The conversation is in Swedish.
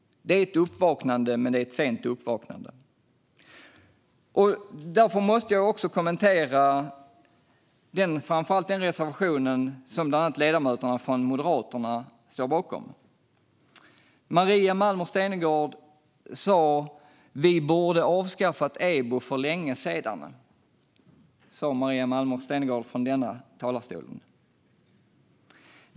Det är ett uppvaknande, men det är ett sent uppvaknande. Därför måste jag också kommentera den reservation som bland annat ledamöterna från Moderaterna står bakom. Maria Malmer Stenergard sa från denna talarstol att vi borde ha avskaffat EBO för länge sedan.